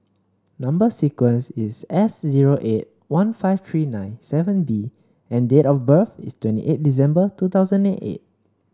number sequence is S zero eight one five three nine seven B and date of birth is twenty eight December two thousand eight